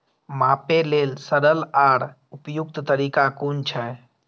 मापे लेल सरल आर उपयुक्त तरीका कुन छै?